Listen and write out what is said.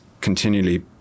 continually